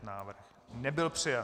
Návrh nebyl přijat.